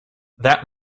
that